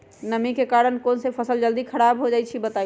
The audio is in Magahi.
नमी के कारन कौन स फसल जल्दी खराब होई छई बताई?